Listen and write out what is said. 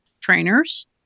trainers